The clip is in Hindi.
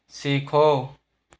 सीखो